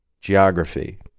geography